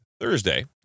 Thursday